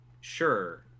Sure